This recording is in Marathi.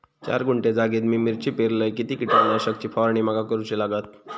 चार गुंठे जागेत मी मिरची पेरलय किती कीटक नाशक ची फवारणी माका करूची लागात?